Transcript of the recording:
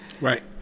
Right